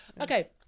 Okay